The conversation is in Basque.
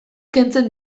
kentzen